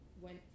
went